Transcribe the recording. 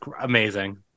amazing